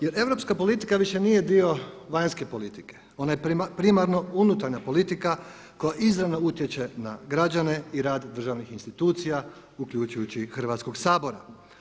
Jer europska politika više nije dio vanjske politike ona je primarno unutarnja politika koja izravno utječe na građane i rad državnih institucija uključujući i Hrvatskog sabora.